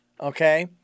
Okay